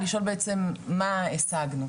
לשאול בעצם מה השגנו.